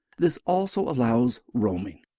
this also allows roaming.